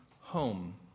home